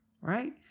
right